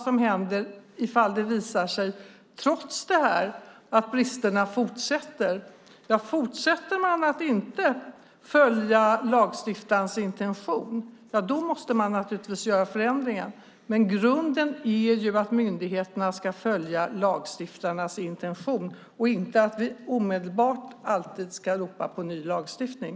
Om man fortsatt inte följer lagstiftarens intention måste det naturligtvis göras förändringar, men grunden är att myndigheterna ska följa lagstiftarens intention och inte att vi omedelbart alltid ska ropa på ny lagstiftning.